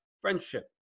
friendship